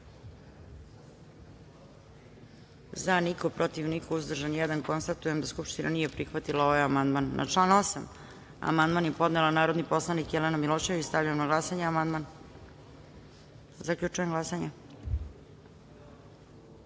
– niko, protiv – niko, uzdržan – jedan. Konstatujem da Skupština nije prihvatila ovaj amandman. Na član 8. amandman je podnela narodi poslanik Jelena Milošević. Stavljam na glasanje ovaj amandman. Zaključujem glasanje: